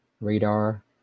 Radar